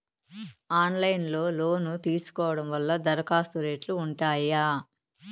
Online లో loan తీసుకోవడం వల్ల దరఖాస్తు రేట్లు ఉంటాయా?